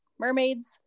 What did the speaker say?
mermaids